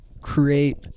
create